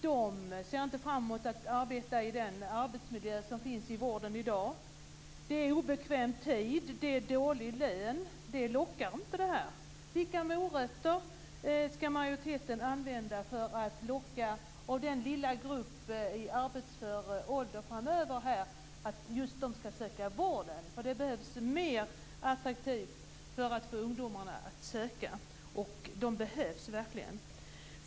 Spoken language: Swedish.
De ser inte fram mot att arbeta i den arbetsmiljö som finns i vården i dag. Det är obekväm tid och dålig lön. Det lockar inte. Vilka morötter skall majoriteten använda för att locka den lilla gruppen i arbetsför ålder framöver att söka till vården? Det behövs mer attraktivt för att få ungdomarna att söka, och de behövs verkligen.